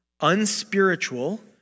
Unspiritual